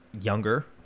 younger